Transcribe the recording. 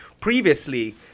previously